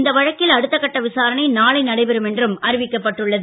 இந்த வழக்கில் அடுத்தகட்ட விசாரணை நாளை நடைபெறும் என்றும் அறிவிக்கப்பட்டு உள்ளது